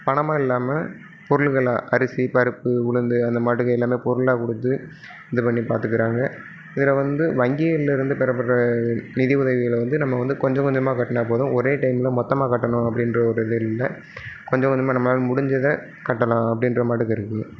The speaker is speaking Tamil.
பணமாக இல்லாமல் பொருள்களாக அரிசி பருப்பு உளுந்து அந்த மாட்டுக்கு என்னென்ன பொருளெலாம் கொடுத்து இது பண்ணி பார்த்துக்கறாங்க இதில் வந்து வங்கியில் இருந்து பெறப்படுற நிதி உதவிகளை வந்து நம்ம வந்து கொஞ்சம் கொஞ்சமாக கட்டினா போதும் ஒரே டைமில் மொத்தமாக கட்டணும் அப்படின்ற ஒரு இது இல்லை கொஞ்சம் கொஞ்சமாக நம்மளால் முடிஞ்சதை கட்டலாம் அப்படின்ற மாட்டுக்கு இருக்குது